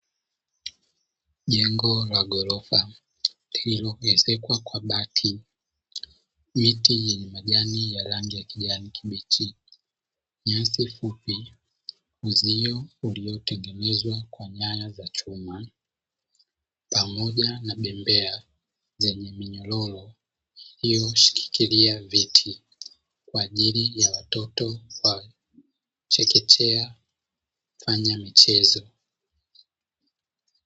Jengo la ghorofa lililoengezekwa kwa bati miti yenye majani ya rangi ya kijani kibichi ,nyasi fupi ,uzio uliotengenezwa kwa nyanya za chuma na pamoja na bembea zenye minyororo iliyoshikilia viti kwa ajili ya watoto wa chekechea kufanya michezo.